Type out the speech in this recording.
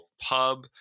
pub